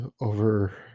over